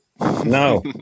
No